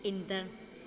ईंदड़